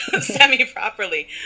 semi-properly